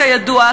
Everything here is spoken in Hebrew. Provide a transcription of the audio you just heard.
כידוע,